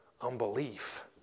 unbelief